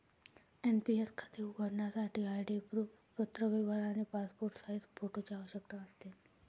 NPS खाते उघडण्यासाठी ID proof, पत्रव्यवहार आणि पासपोर्ट साइज फोटोची आवश्यकता असेल